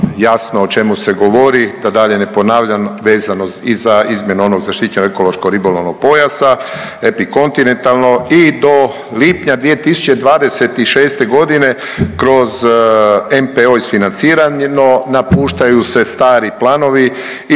jasno o čemu se govori da dalje ne ponavljam vezano i za izmjenu onog zaštićenog ekološko-ribolovnog pojasa, epikontinentalno i do lipnja 2026.g. kroz NPOO isfancirano, napuštaju se stari planovi